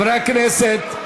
חברי הכנסת,